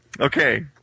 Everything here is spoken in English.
Okay